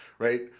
Right